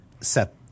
set